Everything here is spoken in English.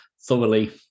thoroughly